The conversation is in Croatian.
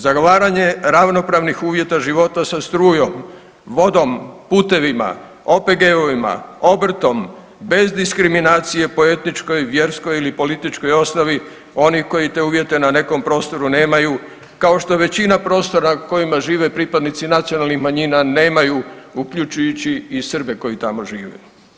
Zagovaranje ravnopravnih uvjeta života sa strujom, vodom, putevima, OGP-ovima, obrtom bez diskriminacije po etničkoj, vjerskoj ili političkoj osnovi oni koji te uvjete na nekom prostoru nemaju kao što većina prostora u kojima žive pripadnici nacionalnih manjina nemaju, uključujući i Srbe koji tamo žive.